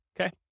Okay